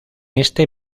este